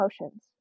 emotions